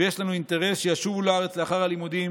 ויש לנו אינטרס שישובו לארץ לאחר הלימודים